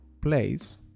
place